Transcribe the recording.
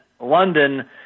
London